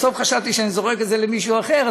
בסוף חשבתי שאני זורק את זה למישהו אחר,